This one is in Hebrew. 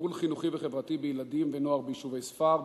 טיפול חינוכי וחברתי בילדים ונוער ביישובי ספר,